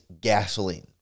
gasoline